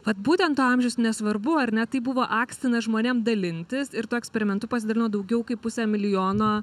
vat būtent to amžius nesvarbu ar ne tai buvo akstinas žmonėm dalintis ir tuo eksperimentu pasidalino daugiau kaip pusė milijono